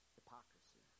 hypocrisy